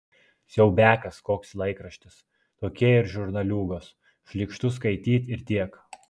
siaubiakas koks laikraštis tokie ir žurnaliūgos šlykštu skaityt ir tiek